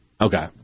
Okay